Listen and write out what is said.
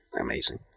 amazing